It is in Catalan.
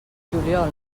juliol